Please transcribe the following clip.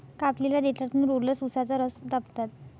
कापलेल्या देठातून रोलर्स उसाचा रस दाबतात